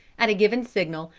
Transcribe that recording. at a given signal,